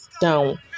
down